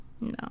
No